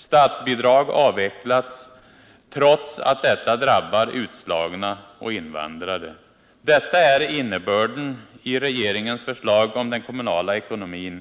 Statsbidrag avvecklas trots att detta drabbar utslagna och invandrare. Detta är innebörden i regeringens förslag om den kommunala ekonomin.